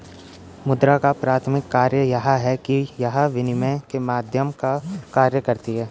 मुद्रा का प्राथमिक कार्य यह है कि यह विनिमय के माध्यम का कार्य करती है